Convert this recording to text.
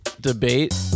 debate